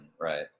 right